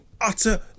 utter